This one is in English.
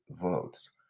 votes